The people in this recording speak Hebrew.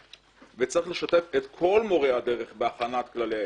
וצריך לשתף את כל מורי הדרך בהכנת כללי האתיקה.